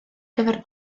gyfer